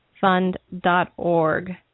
fund.org